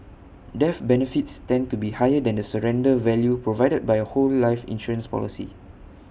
death benefits tend to be higher than the surrender value provided by A whole life insurance policy